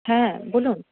হ্যাঁ বলুন